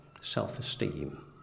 self-esteem